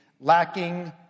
lacking